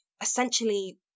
Essentially